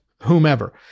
whomever